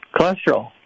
cholesterol